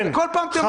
כל פעם אתם --- כן.